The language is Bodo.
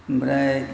ओमफ्राय